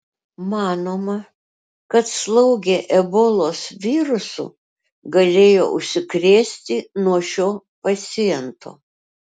manoma kad slaugė ebolos virusu galėjo užsikrėsti nuo šio paciento